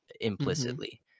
implicitly